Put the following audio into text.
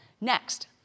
Next